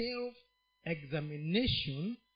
self-examination